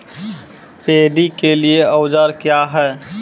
Paddy के लिए औजार क्या हैं?